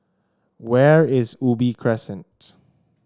where is Ubi Crescent